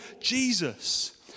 Jesus